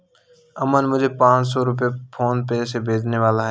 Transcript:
अमन मुझे पांच सौ रुपए फोनपे से भेजने वाला है